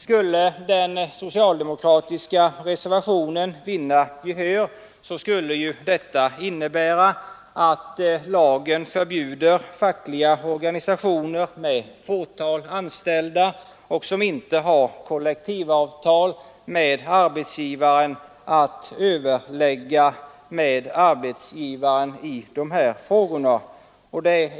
Skulle den socialdemokratiska reservationen vinna gehör, skulle det innebära att lagen förbjuder fackliga organisationer, som har ett fåtal medlemmar på en arbetsplats och som inte har kollektivavtal med arbetsgivaren, att överlägga med arbetsgivaren i dessa frågor.